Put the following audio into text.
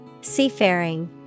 Seafaring